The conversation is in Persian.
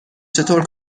چطور